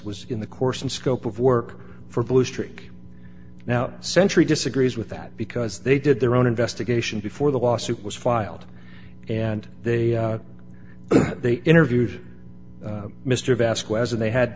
was in the course and scope of work for blue streak now century disagrees with that because they did their own investigation before the lawsuit was filed and they they interviewed mr vasco as they had